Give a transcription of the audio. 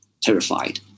terrified